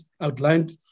outlined